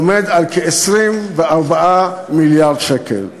עומד על כ-24 מיליארד שקל.